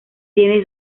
tiene